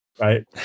right